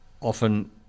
often